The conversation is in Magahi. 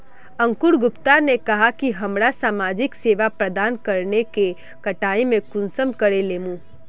अंकूर गुप्ता ने कहाँ की हमरा समाजिक सेवा प्रदान करने के कटाई में कुंसम करे लेमु?